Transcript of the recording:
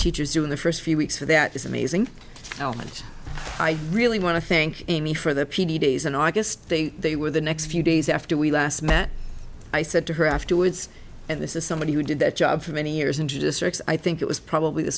teachers do in the first few weeks for that is amazing how much i really want to thank me for the p t days in august they were the next few days after we last met i said to her afterwards and this is somebody who did that job for many years and districts i think it was probably the